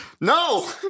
No